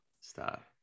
Stop